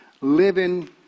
living